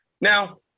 Now